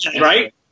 Right